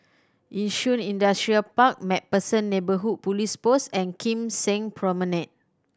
Yishun Industrial Park Macpherson Neighbourhood Police Post and Kim Seng Promenade